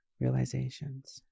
Realizations